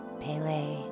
Pele